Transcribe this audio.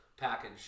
package